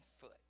foot